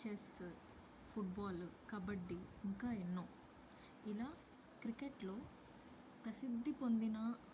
chess football kabaddi ఇంకా ఎన్నో ఇలా క్రికెట్లో ప్రసిద్ధి పొందిన